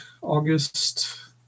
August